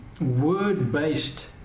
word-based